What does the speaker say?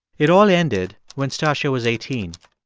it all ended when stacya was eighteen.